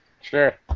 Sure